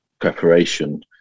preparation